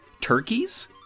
turkeys